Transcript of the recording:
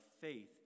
faith